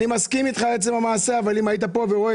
אני מסכים אתך לגבי עצם המעשה אבל אם היית כאן ורואה